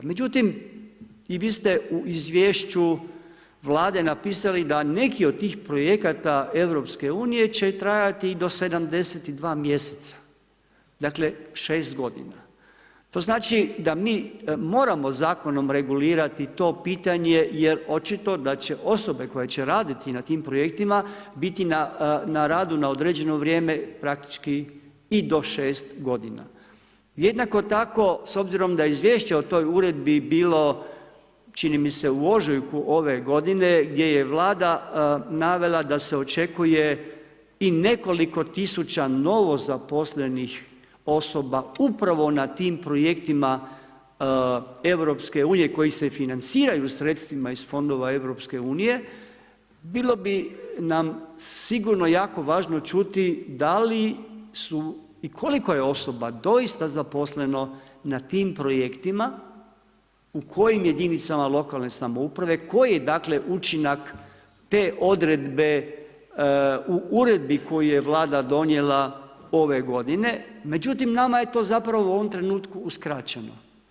Međutim, i vi ste u izvješću Vlade napisali da neki od tih projekata EU-a će trajati i do 72 mjeseca, dakle 6 g. To znači da mi moramo zakonom regulirati to pitanje jer očito da će osobe koje će raditi na tim projektima biti na radu na određeno vrijeme praktički i do 6 g. Jednako tako, s obzirom da izvješće o toj uredbi bi bilo čini mi se, u ožujku ove godine gdje je Vlada navela da se očekuje i nekoliko tisuća novozaposlenih osoba upravo na tim projektima EU-a koji se financiraju sredstvima iz fondova EU-a, bilo bi nam sigurno jako važno čuti, da li su i koliko je osoba doista zaposleno na tim projektima, u kojim jedinicama lokalne samouprave, koji je dakle, učinak te odredbe u uredbi koju je vlada donijela ove g. Međutim, nama je to zapravo u ovome trenutku uskraćeno.